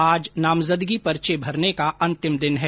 आज नामजदगी पर्चे भरने का अंतिम दिन है